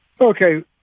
Okay